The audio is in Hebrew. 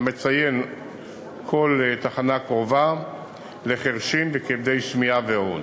המציין כל תחנה קרובה לחירשים וכבדי שמיעה ועוד.